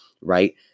right